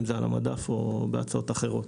בין אם זה על המדף או בהצעות אחרות.